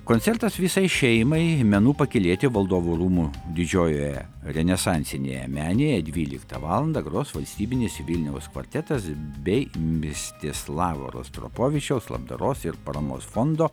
koncertas visai šeimai menų pakylėti valdovų rūmų didžiojoje renesansinėje menėje dvyliktą valandą gros valstybinis vilniaus kvartetas bei mistislavo rostropovičiaus labdaros ir paramos fondo